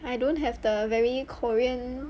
I don't have the very korean